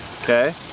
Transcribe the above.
okay